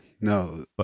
no